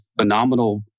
phenomenal